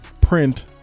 print